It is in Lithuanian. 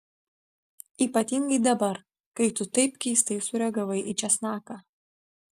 ypatingai dabar kai tu taip keistai sureagavai į česnaką